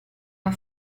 non